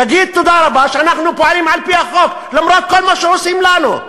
תגיד תודה רבה שאנחנו פועלים על-פי החוק למרות כל מה שעושים לנו.